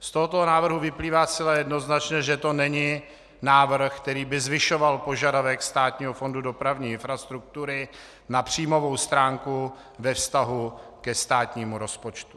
Z tohoto návrhu vyplývá zcela jednoznačně, že to není návrh, který by zvyšoval požadavek Státního fondu dopravní infrastruktury na příjmovou stránku ve vztahu ke státnímu rozpočtu.